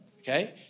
okay